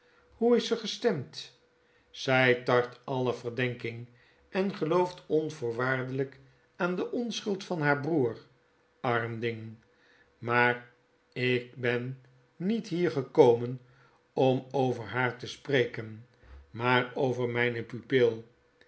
floe is zj gestemd zjj tart alle verdenking en gelooft onvoorwaardelijk aan de onschuld van haarbroeder arm ding maar ik ben niet hier gekomen om over haar te spreken maar over mgne pupil